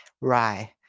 Right